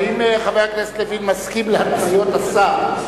האם חבר הכנסת לוין מסכים להתניות השר?